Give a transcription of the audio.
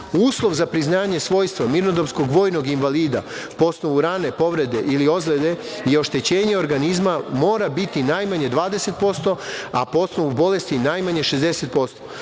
Uslov za priznanje svojstva mirnodopskog vojnog invalida po osnovu rane povrede ili ozlede je oštećenje organizma mora biti najmanje 20%, a po osnovu bolesti najmanje 60%.